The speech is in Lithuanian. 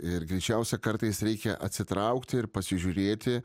ir greičiausia kartais reikia atsitraukti ir pasižiūrėti